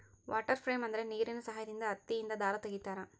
water frame ಅಂದ್ರೆ ನೀರಿನ ಸಹಾಯದಿಂದ ಹತ್ತಿಯಿಂದ ದಾರ ತಗಿತಾರ